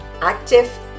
active